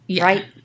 Right